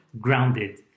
Grounded